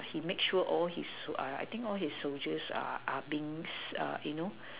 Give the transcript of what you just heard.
he make sure all his uh I think all his soldiers are are being you know